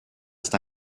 ist